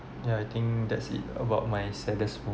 ya I think that's it about my saddest